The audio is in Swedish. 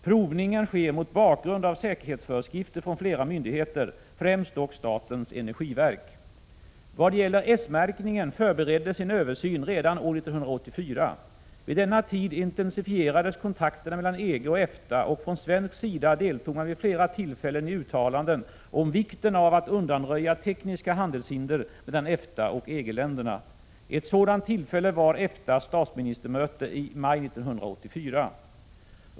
Provningen sker mot bakgrund av säkerhetsföreskrifter från flera myndigheter, främst dock statens energiverk. Vad gäller S-märkningen förbereddes en översyn redan år 1984. Vid denna tid intensifierades kontakterna mellan EG och EFTA, och från svensk sida deltog man vid flera tillfällen i uttalanden om vikten av att undanröja tekniska handelshinder mellan EFTA och EG-länderna. Ett sådant tillfälle var EFTA:s statsministermöte i maj 1984.